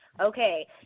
Okay